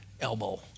elbow